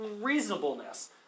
reasonableness